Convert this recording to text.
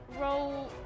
roll